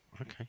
okay